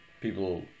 people